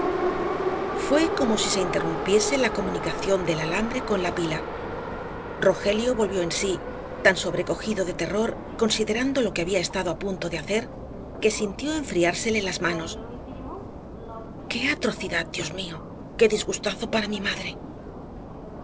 fué como si se interrumpiese la comunicación del alambre con la pila rogelio volvió en sí tan sobrecogido de terror considerando lo que había estado á punto de hacer que sintió enfriársele las manos qué atrocidad dios mío qué disgustazo para mi madre